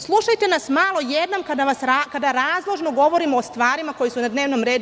Slušajte nas malo jednom kada razložno govorimo o stvarima koje su na dnevnom redu.